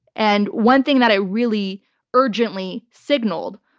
and one thing that i really urgently signaled,